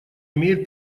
имеет